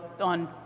on